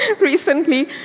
Recently